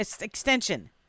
extension